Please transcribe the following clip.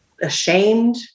ashamed